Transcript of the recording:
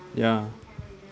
ya